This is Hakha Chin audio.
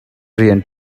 rian